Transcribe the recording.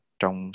trong